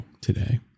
today